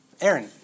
Aaron